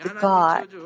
God